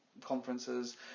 conferences